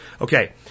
Okay